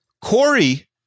Corey